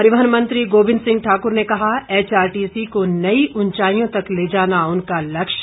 परिवहन मंत्री गोविंद सिंह ठाकुर ने कहा एचआरटीसी को नई उंचाईयों तक ले जाना उनका लक्ष्य